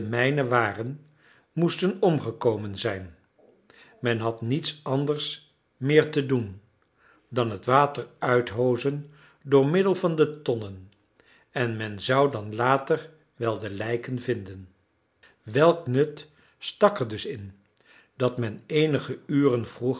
mijnen waren moesten omgekomen zijn men had niets anders meer te doen dan het water uithoozen door middel van de tonnen en men zou dan later wel de lijken vinden welk nut stak er dus in dat men eenige uren vroeger